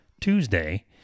Tuesday